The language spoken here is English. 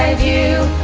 view